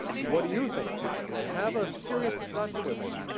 what do you think you could be and have a serious discussion with them.